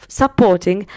supporting